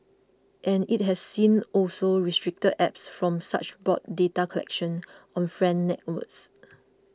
and it has since also restricted apps from such broad data collection on friend networks